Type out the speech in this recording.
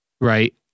Right